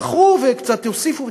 מכרו וקצת הוסיפו.